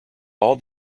all